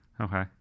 Okay